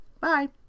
bye